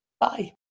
Bye